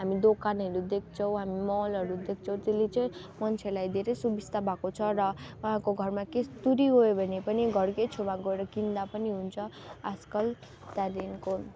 हामी दोकानहरू देख्छौँ हामी मलहरू देख्छौँ त्यसले चाहिँ मान्छेलाई धेरै सुविस्ता भएको छ र उहाँको घरमा के तुरिइगयो भने पनि घरकै छेउमा गएर किन्दा पनि हुन्छ आजकल त्यहाँदेखिको